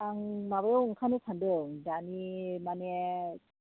आं माबायाव ओंखारनो सान्दों दानि माने